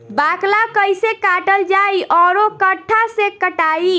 बाकला कईसे काटल जाई औरो कट्ठा से कटाई?